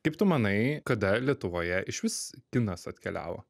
kaip tu manai kada lietuvoje išvis kinas atkeliavo